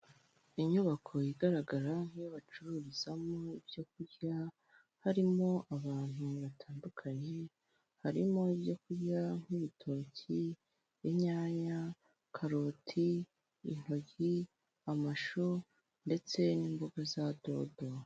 Inyubako igaragara nk'iyo bacururizamo ibyo kurya harimo abantu batandukanye. Harimo ibyo kurya nk'ibitoki, inyanya, karoti, intoryi, amashu, ndetse n'imboga za dodo.